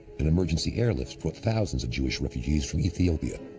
and emergency airlifts brought thousands of jewish refugees from ethiopia.